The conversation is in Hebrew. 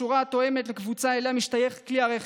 בשורה התואמת לקבוצה שאליה משתייך כלי הרכב.